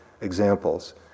examples